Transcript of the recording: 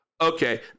Okay